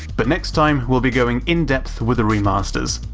but next time, we'll be going in-depth with the remasters.